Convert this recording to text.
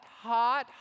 hot